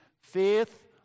faith